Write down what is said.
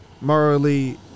Morally